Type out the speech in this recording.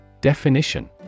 Definition